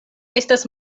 estas